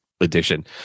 edition